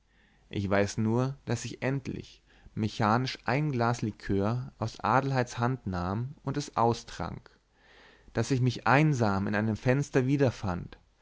ich weiß nur daß ich endlich mechanisch ein glas likör aus adelheids hand nahm und es austrank daß ich mich einsam in einem fenster wiederfand